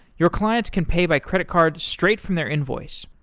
your clients can pay by credit card straight from their invoice.